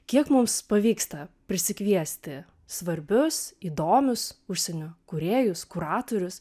kiek mums pavyksta prisikviesti svarbius įdomius užsienio kūrėjus kuratorius